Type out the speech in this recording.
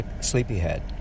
Sleepyhead